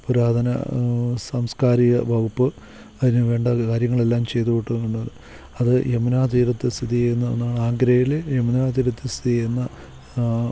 പുരാതന സാംസ്ക്കാരിക വകുപ്പ് അതിനു വേണ്ട കാര്യങ്ങളെല്ലാം ചെയ്ത് അത് യമുനാതീരത്ത് സ്ഥിതി ചെയ്യുന്ന ഒന്നാണ് ആഗ്രയിൽ യമുനാതീരത്ത് സ്ഥിതി ചെയ്യുന്ന